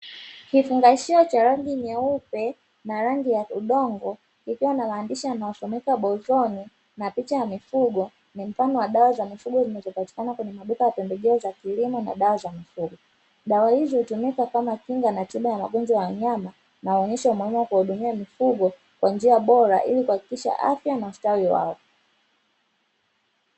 Kifungashio cha rangi nyeupe na rangi ya udongo, kikiwa na maandishi yanayosomeka "BOZON" na picha ya mifugo, ni mfano wa dawa za mifugo zinazopatikana kwenye maduka ya pembejeo za kilimo na dawa za mifugo. Dawa hizi hutumika kama kinga na tiba ya magonjwa ya wanyama, na huonyesha umuhimu wa kuhudumia mifugo kwa njia bora ili kuhakikisha afya na ustawi wao.